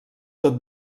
tot